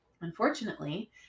unfortunately